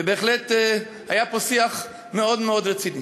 ובהחלט היה פה שיח מאוד מאוד רציני.